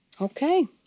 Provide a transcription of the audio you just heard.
Okay